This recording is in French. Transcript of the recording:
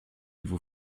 vous